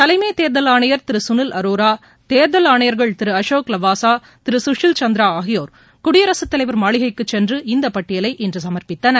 தலைமைத் தேர்தல் ஆணையர் திரு சுனில் அரோரா தேர்தல் ஆணையர்கள் திரு அசோக் லவாசா திரு கூஷில் சந்திரா ஆகியோர் குடியரசுத் தலைவர் மாளிகைக்கு சென்று இந்த பட்டியலை இன்று சமர்ப்பித்தனர்